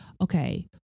Okay